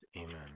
Amen